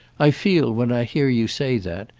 i feel, when i hear you say that,